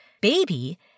baby